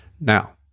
Now